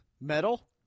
Metal